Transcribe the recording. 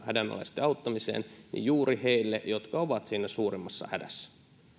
hädänalaisten auttamiseen juuri heille jotka ovat siinä suurimmassa hädässä